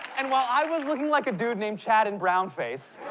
and while i was looking like a dude named chad in brownface,